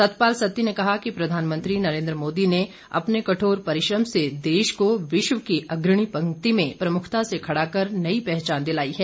सतपाल सत्ती ने कहा कि प्रधानमंत्री नरेन्द्र मोदी ने अपने कठोर परिश्रम से देश को विश्व में अग्रणी पंक्ति में प्रमुखता से खड़ा कर नई पहचान दिलाई है